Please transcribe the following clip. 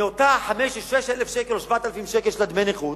מאותם 5,000 או 6,000 או 7,000 שקלים של דמי הנכות,